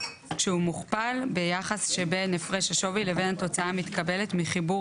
כשהוא מוכפל ביחס שבין הפרש השווי לבין התוצאה המתקבלת מחיבור